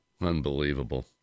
Unbelievable